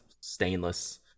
stainless